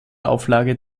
auflage